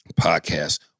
podcast